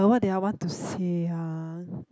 what did I want to say ah